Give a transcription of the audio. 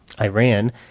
Iran